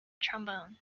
trombone